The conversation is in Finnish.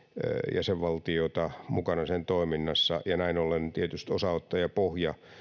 jäsenvaltiota mukana toiminnassa ja näin ollen tietysti osanottajapohja